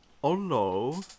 Hello